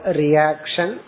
reaction